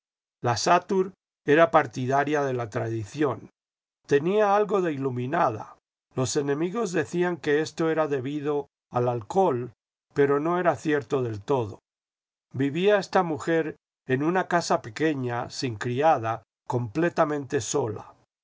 la satur era partidaria de la tradición tenía algo de iluminada los enemigos decían que esto era debido al alcohol pero no era cierto del todo vivía esta mujer en una casa pequeña sin criada completamente sola